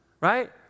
Right